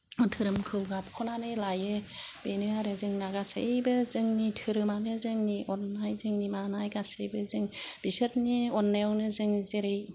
धोरोमखौ गाबख'नानै लायो बेनो आरो जोंना गासैबो जोंनि धोरोमानो जोंनि अन्नाय जोंनि मानाय गासैबो जों बिसोरनि अन्नायावनो जों जेरै